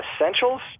essentials